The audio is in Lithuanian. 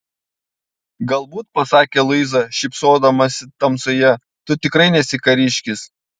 galbūt pasakė luiza šypsodamasi tamsoje tu tikrai nesi kariškis